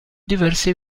diversi